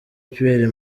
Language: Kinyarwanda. pierre